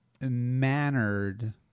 mannered